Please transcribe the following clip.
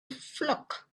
flock